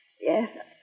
Yes